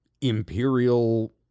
imperial